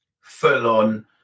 full-on